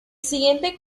siguiente